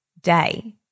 day